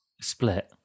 Split